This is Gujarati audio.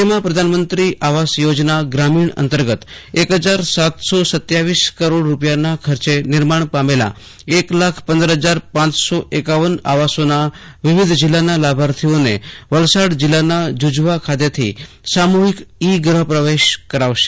રાજ્યમાં પ્રધાનમંત્રી આવાસ યોજના ગ્રામીણ અતર્ગત એક હજાર સાતસો સત્યાવીસ કરોડ રૂપિયાના ખર્ચે નિર્માણ પામેલ એક લાખ પંદર હજાર પાંચસો એકાવન આવાસોના વિવિધ જિલ્લાના લાભાર્થીઓને વલસાડ જિલ્લાના જુજવા ખાતેથી સામૂહિક ઈ ગૂહ પ્રવેશ કરાવશે